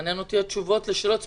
מעניינות אותי התשובות לשאלות ספציפיות.